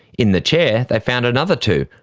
in the chair, they found another two,